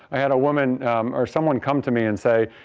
i had a woman or someone come to me and say,